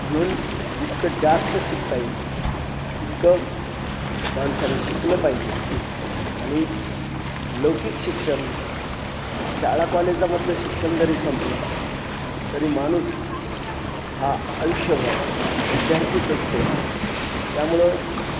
म्हणून जितकं जास्त शिकता येईल तितकं माणसाने शिकलं पाहिजे आणि लौकिक शिक्षण शाळा कॉलेजामधलं शिक्षण जरी संपलं तरी माणूस हा आयुष्यभर विद्यार्थीच असतो त्यामुळं